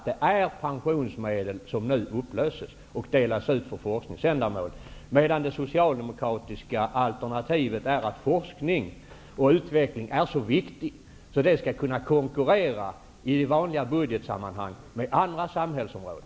Det är pensionsmedel som nu skall upplösas och delas ut för forskningsändamål. Det socialdemokratiska alternativet är att forskning och utveckling är så viktiga områden att de skall kunna konkurrera i vanliga budgetsammanhang med alla andra samhällsområden.